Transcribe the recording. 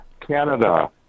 Canada